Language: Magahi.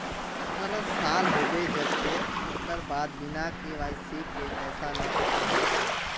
अठारह साल होबे जयते ओकर बाद बिना के.वाई.सी के पैसा न उठे है नय?